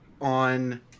on